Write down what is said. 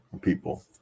people